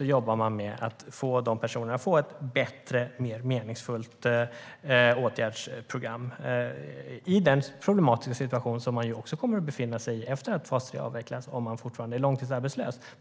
jobbar man med att erbjuda personer i fas 3 ett mer meningsfullt åtgärdsprogram. De kommer att befinna sig i en problematisk situation efter att fas 3 har avvecklats om de fortfarande är långtidsarbetslösa.